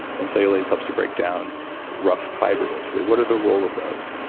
and cellulase helps you break down rough fiber basically. what are the rule of those?